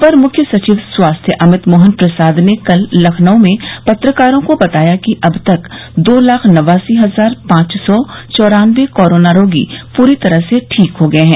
अपर मुख्य सचिव स्वास्थ्य अमित मोहन प्रसाद ने कल लखनऊ मे पत्रकारों को बताया कि अब तक दो लाख नवासी हजार पांच सौ चौरान्नबे कोरोना रोगी पूरी तरह से ठीक हो गये हैं